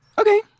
Okay